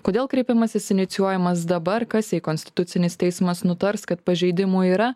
kodėl kreipimasis inicijuojamas dabar kas jei konstitucinis teismas nutars kad pažeidimų yra